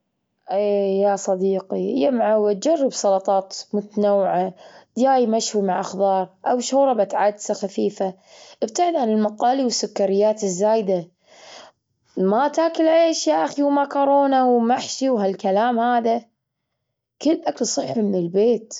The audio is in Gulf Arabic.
إيه يا صديقي يا معود، جرب سلطات متنوعة، دياي مشوي مع خظار أو شوربة عدس خفيفة. ابتعد عن المقالي والسكريات الزائدة. ما تاكل عيش يا أخي ومكرونة ومحشي وها الكلام، هذا كل أكل صحي من البيت.